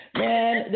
man